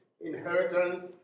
inheritance